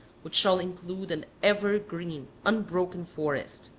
which shall include an ever green, unbroken forest.